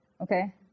okay